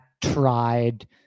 tried